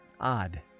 odd